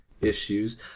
issues